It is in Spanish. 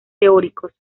teóricos